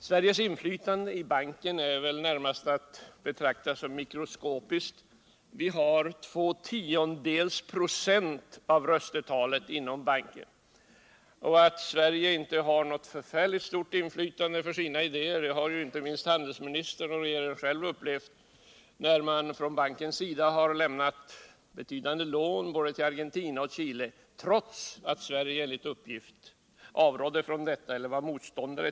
Sveriges inflytande i banken är närmast att betrakta som mikroskopiskt, eftersom Sverige har två tiondels procent av röstetalet. Att Sverige inte vinner särskilt stort gehör för sina idéer har inte minst regeringen själv upplevt, när banken lämnade betydande lån både till Argentina och till Chile, trots att Sverige, enligt uppgift, motsatte sig detta.